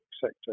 sector